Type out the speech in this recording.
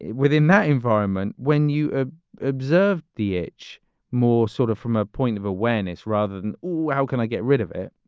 within that environment, when you ah observed the h more sort of from a point of awareness rather than, wow, can i get rid of it?